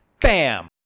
Bam